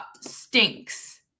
stinks